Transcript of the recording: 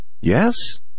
Yes